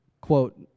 quote